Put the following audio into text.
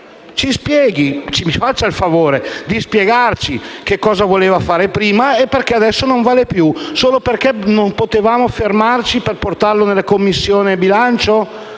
ci spieghi, ci faccia il favore di spiegarci cosa voleva fare prima e perché adesso non vale più. Solo perché non potevamo fermarci per portarlo in Commissione bilancio